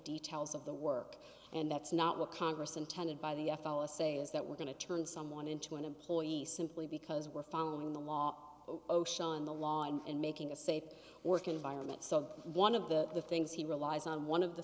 details of the work and that's not what congress intended by the f l a say is that we're going to turn someone into an employee simply because we're following the law osha on the law and making a safe work environment so one of the things he relies on one of the